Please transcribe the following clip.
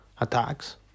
attacks